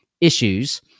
issues